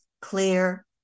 clear